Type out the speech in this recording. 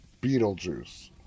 Beetlejuice